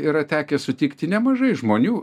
yra tekę sutikti nemažai žmonių